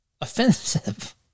offensive